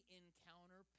encounter